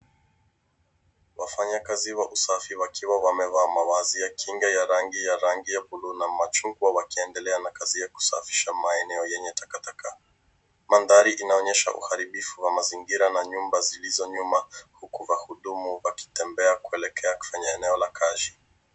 Wafanyikazi wa usafi wakiwa wamevaa mavazi ya kinga ya rangi ya buluu na machungwa wakiendelea na kazi ya kusafisha maeneo yenye takataka. Maandhari inaonyesha uharibifu wa mazingira na nyumba zilizo nyuma huku wahudumu wakitembea kuelekea kwenye eneo ya kazi.